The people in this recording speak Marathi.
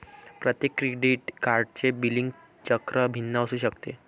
प्रत्येक क्रेडिट कार्डचे बिलिंग चक्र भिन्न असू शकते